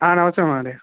हा नमस्ते महोदय